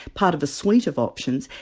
part of a suite of options,